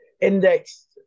indexed